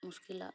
ᱢᱩᱥᱠᱤᱞᱟᱜ